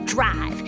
Drive